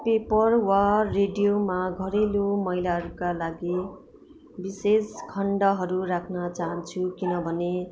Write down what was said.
paper वा रेडियोमा घरेलु महिलाहरूका लागि विशेष खण्डहरू राख्न चाहन्छु किनभने